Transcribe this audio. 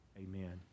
Amen